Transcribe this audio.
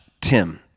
Tim